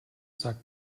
sagt